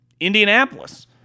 Indianapolis